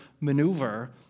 maneuver